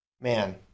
Man